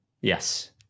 Yes